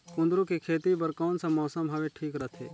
कुंदूरु के खेती बर कौन सा मौसम हवे ठीक रथे?